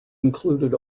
included